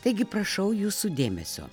taigi prašau jūsų dėmesio